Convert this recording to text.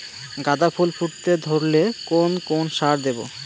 গাদা ফুল ফুটতে ধরলে কোন কোন সার দেব?